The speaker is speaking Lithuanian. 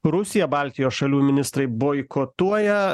rusija baltijos šalių ministrai boikotuoja